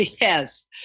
Yes